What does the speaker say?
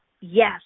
yes